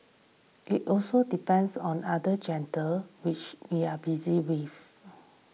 it also depends on other agenda which we are busy with